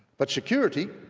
but security,